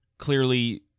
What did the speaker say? clearly